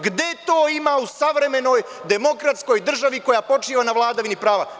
Gde to ima u savremenoj demokratskoj državi koja počiva na vladavini prava?